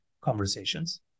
conversations